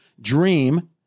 dream